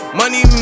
money